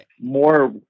more